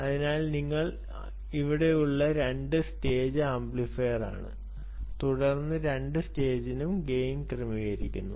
അതിനാൽ നിങ്ങൾക്ക് ഇവിടെയുള്ള രണ്ട് സ്റ്റേജ് ആംപ്ലിഫയറാണ് തുടർന്ന് രണ്ട് സ്റ്റേജ് ഗെയിനും ക്രമീകരിക്കുന്നു